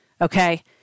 Okay